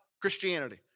Christianity